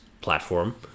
platform